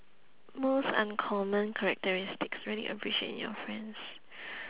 most uncommon characteristics really appreciate in your friends